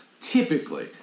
typically